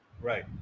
Right